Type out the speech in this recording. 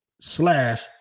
slash